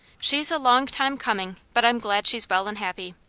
she's a long time coming but i'm glad she's well and happy.